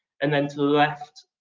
and then to the left,